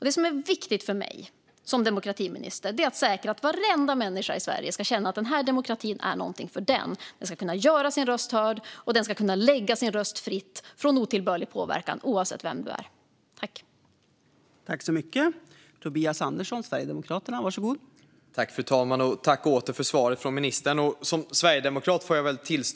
Det som är viktigt för mig som demokratiminister är att säkra att varenda människa i Sverige ska känna att den här demokratin är någonting för den. Den ska kunna göra sin röst hörd och kunna lägga sin röst fritt från otillbörlig påverkan, oavsett vem den människan är.